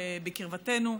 בקרבתנו,